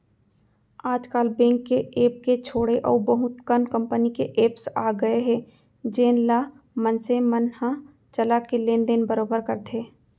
आज काल बेंक के ऐप के छोड़े अउ बहुत कन कंपनी के एप्स आ गए हे जेन ल मनसे मन ह चला के लेन देन बरोबर करथे